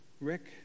Rick